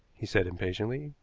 he said impatiently,